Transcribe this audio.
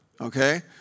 Okay